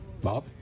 Bob